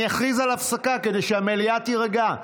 אני אכריז על הפסקה כדי שהמליאה תירגע.